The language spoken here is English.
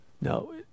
No